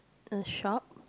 a shop